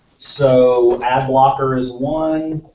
so ad-blocker is one.